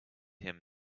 him